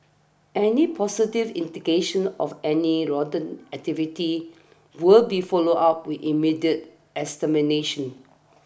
any positive indication of any rodent activity will be followed up with immediate extermination